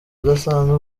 udasanzwe